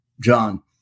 John